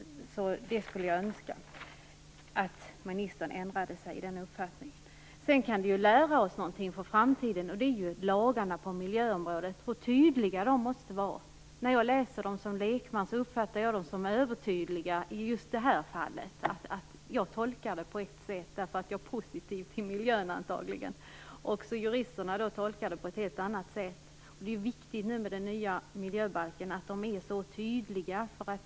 Jag skulle önska att ministern ändrade sig i den uppfattningen. Vi kan lära oss någonting för framtiden. Det är att lagarna på miljöområdet måste vara tydliga. När jag läser dem som lekman uppfattar jag dem så övertydliga i just det här fallet. Jag tolkar dem på ett sätt, antagligen därför att jag är positiv till miljön, och juristerna på ett helt annat. Det är viktigt med den nya miljöbalken att lagarna är så tydliga som möjligt.